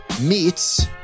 meets